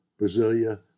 Brasilia